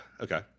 Okay